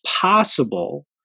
possible